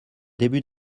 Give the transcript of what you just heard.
début